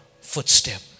footstep